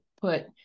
put